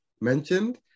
mentioned